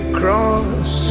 cross